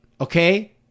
Okay